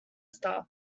staff